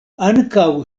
ankaŭ